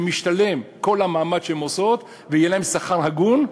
שמשתלם כל המאמץ שהן עושות ושיהיה להן שכר הוגן,